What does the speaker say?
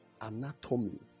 anatomy